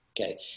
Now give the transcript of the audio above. okay